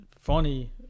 funny